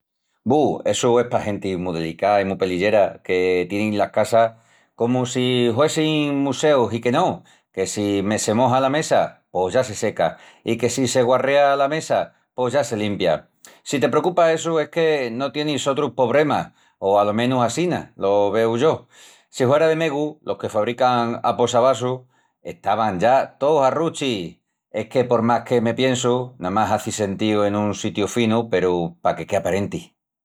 Bu, essu es pa genti mu delicá i mu pelillera que tienin las casas comu si huessin museus i que no, que si me se moja la mesa pos ya se seca, i que si se guarrea la mesa pos ya se limpia. Si te precupa essu es que no tienis sotrus pobremas, o alo menus assina lo veu yo. Si huera de megu los que fabrican aposavasus estavan ya tous a ruchi. Es que por más que me piensu, namás hazi sentíu en un sitiu finu peru paque quei aparenti.